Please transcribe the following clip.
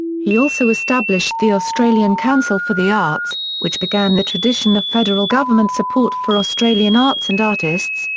he also established the australian council for the arts, which began the tradition of federal government support for australian arts and artists,